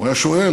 הוא היה שואל